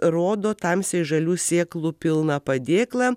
rodo tamsiai žalių sėklų pilną padėklą